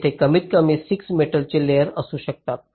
तेथे कमीतकमी 6 मेटलचे लेयर्स असू शकतात